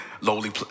lowly